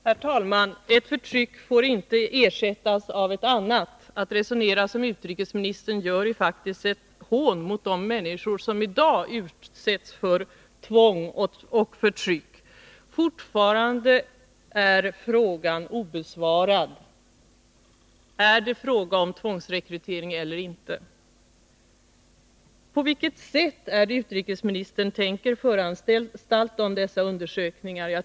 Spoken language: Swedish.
Herr talman! Ett förtryck får inte ersättas av ett annat. Att resonera som utrikesministern gör är faktiskt ett hån mot de människor som i dag utsätts för tvång och förtryck. Fortfarande är följande frågor obesvarade: Handlar det om tvångsrekrytering eller inte, och på vilket sätt tänker utrikesministern föranstalta om dessa undersökningar?